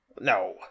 No